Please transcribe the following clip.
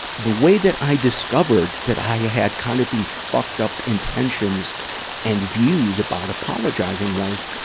the way that i discovered that i yeah had kind of these fucked-up intentions and views about apologizing was,